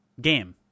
game